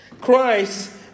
Christ